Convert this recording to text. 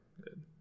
good